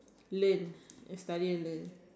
learn study and learn